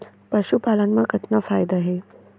पशुपालन मा कतना फायदा हे?